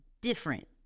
different